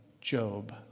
Job